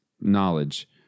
knowledge